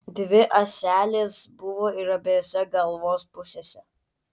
dvi ąselės buvo ir abiejose galvos pusėse